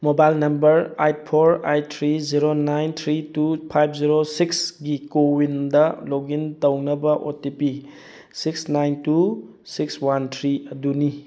mobile number eight four eight three zero nine three two five zero ꯁꯤꯛꯁꯀꯤ ꯀꯣꯋꯤꯟꯗ ꯂꯣꯗꯏꯟ ꯇꯧꯅꯕ O T P six nine two six one three ꯑꯗꯨꯅꯤ